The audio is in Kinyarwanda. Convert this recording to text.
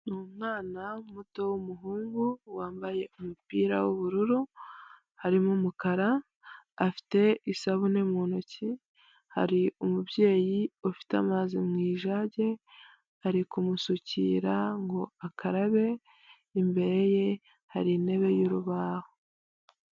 Umwana muto w'umuhungu wambaye umupira w'ubururu harimo umukara afite isabune mu ntoki, hari umubyeyi ufite amazi mu ijage ari kumusukira ngo akarabe imbere ye hari intebe y'urubaho.